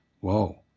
whoa